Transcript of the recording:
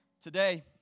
Today